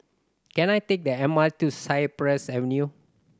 can I take the M R T to Cypress Avenue